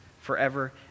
forever